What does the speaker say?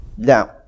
down